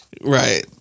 Right